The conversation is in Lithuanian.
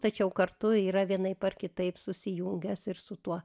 tačiau kartu yra vienaip ar kitaip susijungęs ir su tuo